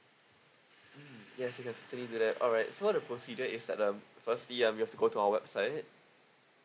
mm yes you can certainly do that alright so the procedure is that um firstly um you have to go to our website